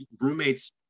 roommates